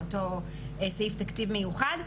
באותו סעיף תקציב מיוחד,